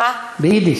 לא.